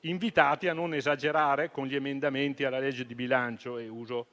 invitati a non esagerare con gli emendamenti alla legge di bilancio; uso,